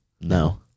No